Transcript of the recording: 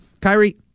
Kyrie